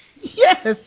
Yes